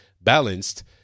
balanced